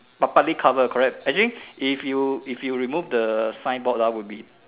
but partly cover correct actually if you if you remove the signboard lah it will be